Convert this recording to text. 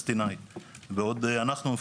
צריך לעשות חקר שוק.